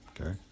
okay